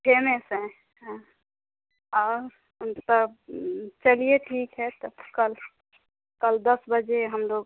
famous है हाँ औ तब चलिए ठीक है तो कल कल दस बजे हम लोग